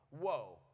whoa